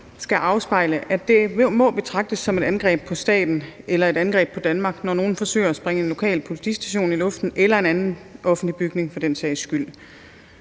skal afspejle, at det må betragtes som et angreb på staten eller et angreb på Danmark, når nogen forsøger at sprænge en lokal politistation i luften eller en anden offentlig bygning for den sags skyld.